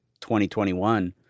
2021